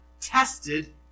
tested